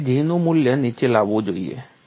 મારે G નું મૂલ્ય નીચે લાવવું જોઈએ